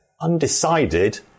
Undecided